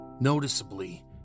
Noticeably